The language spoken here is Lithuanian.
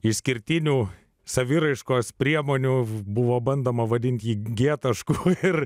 išskirtinių saviraiškos priemonių buvo bandoma vadinti jį g tašku ir